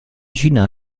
china